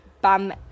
bum